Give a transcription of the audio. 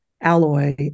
alloy